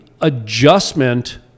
adjustment